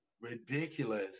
ridiculous